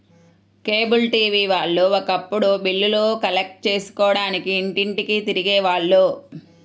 cable TV వాళ్ళు ఒకప్పుడు బిల్లులు కలెక్ట్ చేసుకోడానికి ఇంటింటికీ తిరిగే వాళ్ళు